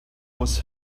was